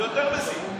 זה יותר מזיק.